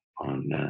on